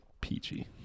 peachy